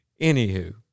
anywho